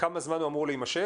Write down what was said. כמה זמן הוא אמור להימשך?